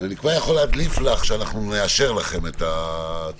אני כבר יכול להדליף שאנחנו נאשר לכם את הצו.